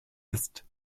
ist